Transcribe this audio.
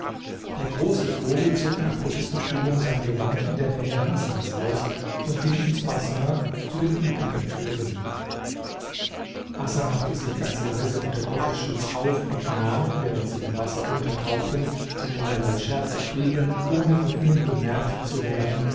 der große vogel zog nach gottes bestimmung sein gewand in der nähe hasans aus und ging ins bassin zu den übrigen vögeln hasan machte sich ganz leise unter gottes schutz auf und nahm während sie im wasser untertauchten und allerlei scherze trieben ohne von ihnen bemerkt zu werden